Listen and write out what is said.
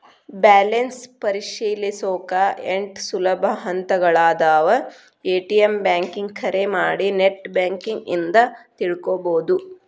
balance ಪರಿಶೇಲಿಸೊಕಾ ಎಂಟ್ ಸುಲಭ ಹಂತಗಳಾದವ ಎ.ಟಿ.ಎಂ ಬ್ಯಾಂಕಿಂಗ್ ಕರೆ ಮಾಡಿ ನೆಟ್ ಬ್ಯಾಂಕಿಂಗ್ ಇಂದ ತಿಳ್ಕೋಬೋದು